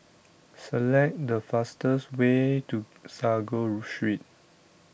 Select The fastest Way to Sago Street